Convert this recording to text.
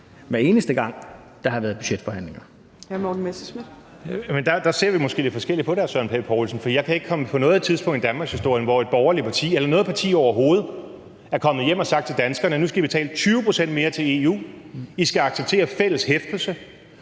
Morten Messerschmidt (DF): Jamen der ser vi måske lidt forskelligt på det, hr. Søren Pape Poulsen, for jeg kan ikke komme på noget tidspunkt i danmarkshistorien, hvor et borgerligt parti eller noget parti overhovedet er kommet hjem og har sagt til danskerne: Nu skal I betale 20 pct. mere til EU, I skal acceptere fælles hæftelse,